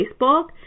Facebook